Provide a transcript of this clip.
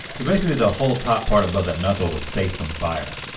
ah so basically the whole top part above that knuckle was safe from fire.